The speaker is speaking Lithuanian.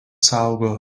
saugo